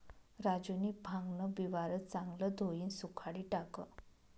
राजूनी भांगन बिवारं चांगलं धोयीन सुखाडी टाकं